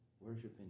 worshiping